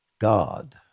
God